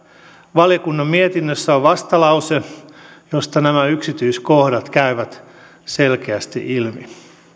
valiokunnan mietinnössä on vastalause josta nämä yksityiskohdat käyvät selkeästi ilmi